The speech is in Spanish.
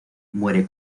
muere